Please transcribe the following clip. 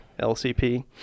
LCP